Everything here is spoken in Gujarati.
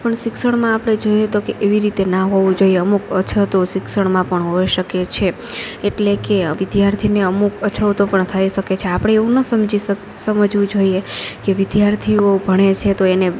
પણ શિક્ષણમાં આપણે જોઈએ તો કે એવી રીતે ના હોવું જોઈએ અમુક અછતો શિક્ષણમાં પણ હોઈ શકે છે એટલે કે આ વિદ્યાર્થીઓને અમુક અછતો પણ થઈ શકે છે આપણે એવું ન સમજી સક સમજવું જોઈએ કે વિદ્યાર્થીઓ ભણે છે તો એને